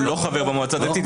הוא לא חבר במועצה הדתית,